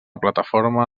plataforma